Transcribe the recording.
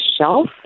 shelf